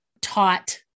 taught